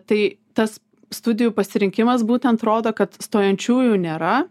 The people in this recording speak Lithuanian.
tai tas studijų pasirinkimas būtent rodo kad stojančiųjų nėra